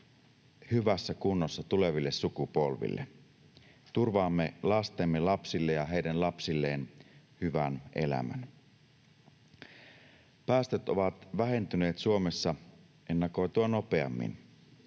hyvässä kunnossa tuleville sukupolville. Turvaamme lastemme lapsille ja heidän lapsilleen hyvän elämän. Päästöt ovat vähentyneet Suomessa ennakoitua nopeammin.